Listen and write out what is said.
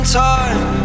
time